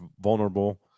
vulnerable